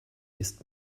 ist